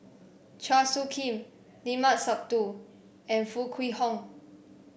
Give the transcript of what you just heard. Chua Soo Khim Limat Sabtu and Foo Kwee Horng